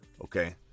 okay